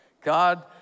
God